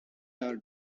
are